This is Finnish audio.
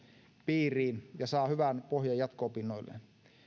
piiriin ja saa hyvän pohjan jatko opinnoilleen